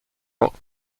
rock